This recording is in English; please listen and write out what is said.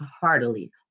heartily